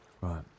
Right